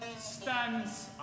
Stands